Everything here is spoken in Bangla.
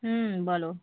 হুম বলো